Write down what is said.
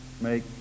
make